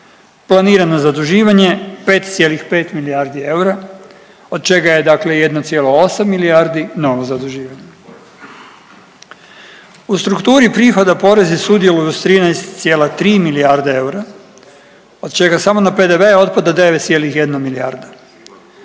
planirano zaduživanje 5,5 milijardi eura od čega je dakle 1,8 milijardi novo zaduživanje. U strukturi prihoda porezi sudjeluju s 13,3 milijarde eura od čega samo na PDV otpada 9,1 milijarda.